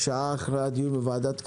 שעה אחרי הדיון בוועדת הכלכלה,